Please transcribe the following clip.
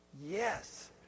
Yes